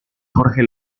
jorge